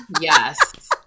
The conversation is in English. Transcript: yes